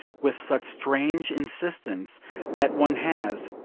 with such strange insistence that one has,